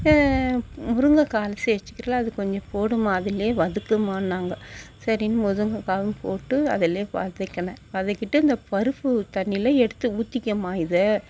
முருங்கைக்கா அலசி வச்சிருக்குறீல அதை கொஞ்சம் போடுமா அதுலேயே வதக்குமான்னாங்க சரின்னு வதக்கி விட்டு அதுலேயே வதக்கினேன் வதக்கிவிட்டு இந்த பருப்பு தண்ணிலே யே எடுத்து ஊத்திக்கம்மா இதை